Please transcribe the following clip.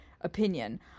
opinion